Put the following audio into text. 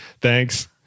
thanks